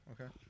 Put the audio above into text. Okay